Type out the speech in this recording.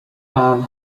man